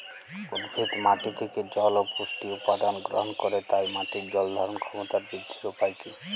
উদ্ভিদ মাটি থেকে জল ও পুষ্টি উপাদান গ্রহণ করে তাই মাটির জল ধারণ ক্ষমতার বৃদ্ধির উপায় কী?